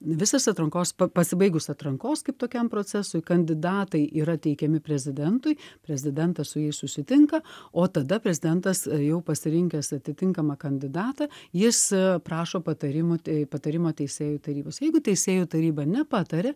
visas atrankos pasibaigus atrankos kaip tokiam procesui kandidatai yra teikiami prezidentui prezidentas su jais susitinka o tada prezidentas jau pasirinkęs atitinkamą kandidatą jis prašo patarimo patarimo teisėjų tarybos jeigu teisėjų taryba nepataria